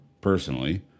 personally